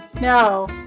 No